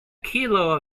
kilo